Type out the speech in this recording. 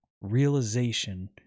realization